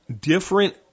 different